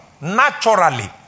Naturally